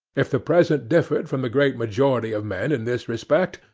if the president differed from the great majority of men in this respect,